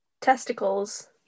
testicles